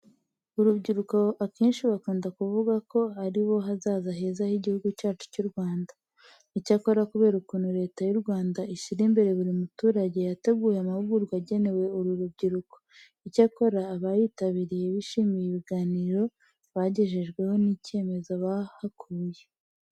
Urubyiruko akenshi bakunda kuvuga ko ari bo hazaza heza h'Igihugu cyacu cy'u Rwanda. Icyakora kubera ukuntu Leta y'u Rwanda ishyira imbere buri muturage, yateguye amahugurwa agenewe uru rubyiruko. Icyakora abayitabiriye bishimiye ibiganiro bagejejweho n'icyemezo bahakuye.